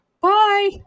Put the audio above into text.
Bye